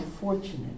fortunate